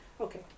Okay